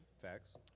Facts